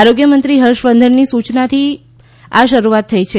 આરોગ્યમંત્રી ફર્ષવર્ધનની સૂચનાથી આ શરૂઆત થઇ છે